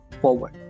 forward